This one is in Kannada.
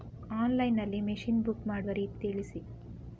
ಆನ್ಲೈನ್ ನಲ್ಲಿ ಮಷೀನ್ ಬುಕ್ ಮಾಡುವ ರೀತಿ ತಿಳಿಸಿ?